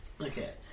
Okay